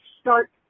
start